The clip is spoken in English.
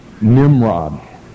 Nimrod